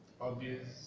obvious